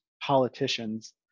politicians